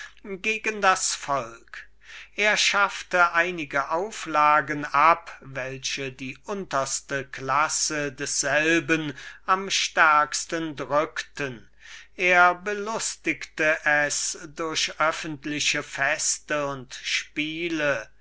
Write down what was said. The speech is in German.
gegen das volk er schaffte einige auflagen ab welche die unterste klasse desselben am stärksten drückten er belustigte es durch öffentliche feste und spiele